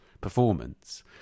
performance